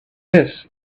this